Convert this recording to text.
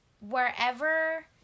wherever